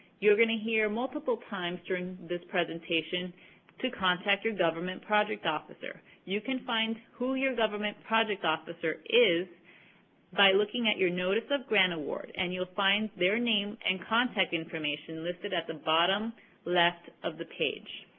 you're going to hear multiple times during this presentation contact your government project officer. you can find who your government project officer is by looking at your notice of grant award, and you'll find their name and contact information listed at the bottom left of the page.